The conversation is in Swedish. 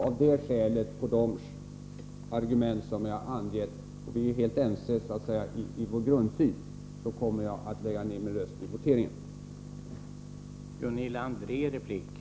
Av det skälet och på de argument som jag angett — vi är helt ense i vår grundsyn — kommer jag att lägga ned min röst vid voteringen.